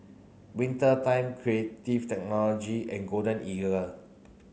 Winter Time Technology and Golden Eagle